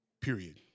period